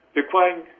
requiring